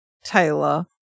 taylor